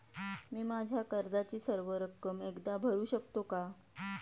मी माझ्या कर्जाची सर्व रक्कम एकदा भरू शकतो का?